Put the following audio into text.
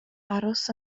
aros